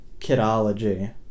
Kidology